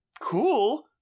cool